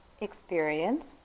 experience